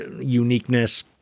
uniqueness